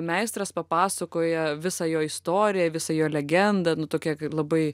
meistras papasakoja visą jo istoriją visą jo legendą nu tokia labai